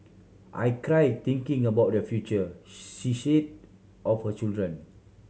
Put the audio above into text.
I cry thinking about their future she said of her children